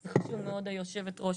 זה חשוב מאוד יושבת הראש,